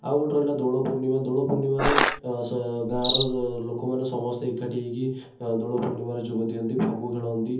ଆଉ ଗୋଟେ ରହିଲା ଦୋଳ ପୂର୍ଣ୍ଣିମା ଦୋଳ ପୂର୍ଣ୍ଣିମାରେ ଗାଁର ଲୋକମାନେ ସମସ୍ତେ ଏକାଠି ହେଇକି ଦୋଳ ପୂର୍ଣ୍ଣିମାରେ ଯୋଗ ଦିଅନ୍ତି ଫଗୁ ଖେଳନ୍ତି